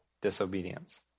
disobedience